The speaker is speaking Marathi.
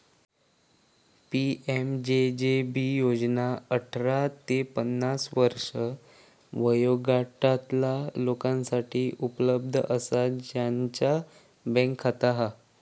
पी.एम.जे.जे.बी योजना अठरा ते पन्नास वर्षे वयोगटातला लोकांसाठी उपलब्ध असा ज्यांचा बँक खाता हा